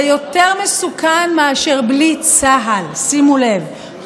זה יותר מסוכן מאשר בלי צה"ל." שימו לב,